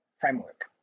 framework